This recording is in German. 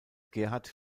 gerhard